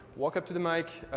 walk up to the mike,